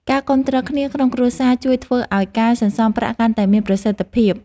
ការគាំទ្រគ្នាក្នុងគ្រួសារជួយធ្វើឱ្យការសន្សុំប្រាក់កាន់តែមានប្រសិទ្ធភាព។